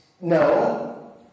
no